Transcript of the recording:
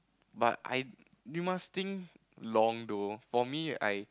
but I you must think long though for me I